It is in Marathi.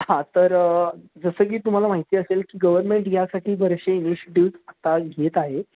हां तर जसं की तुम्हाला माहिती असेल की गव्हर्नमेंट यासाठी बरेचशे इनिशियेटिव्ह्ज आता घेत आहे